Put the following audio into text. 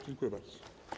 Dziękuję bardzo.